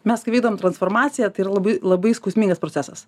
mes klydome transformacija tai yra labai labai skausmingas procesas